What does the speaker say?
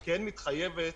כן מתחייבת